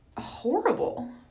horrible